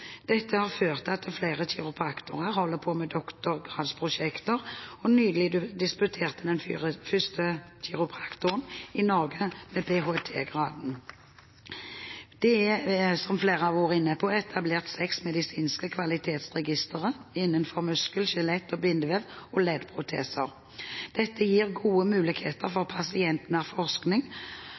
Dette har ført til at flere kiropraktorer holder på med doktorgradsprosjekter, og nylig disputerte den første kiropraktoren i Norge for ph.d.-graden. Det er, som flere har vært inne på, etablert seks medisinske kvalitetsregistre innenfor områdene muskel, skjelett, bindevev og leddproteser. Dette gir gode muligheter for pasientnær forskning